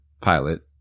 pilot